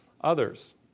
others